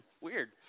weird